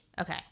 okay